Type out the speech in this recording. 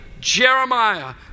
Jeremiah